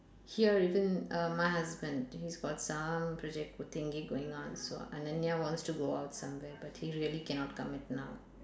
here even uh my husband he's got some project thingy going on so ananya wants to go out somewhere but he really cannot commit now